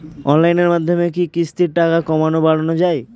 অনলাইনের মাধ্যমে কি কিস্তির টাকা কমানো বাড়ানো যায়?